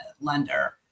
lender